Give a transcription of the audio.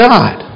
God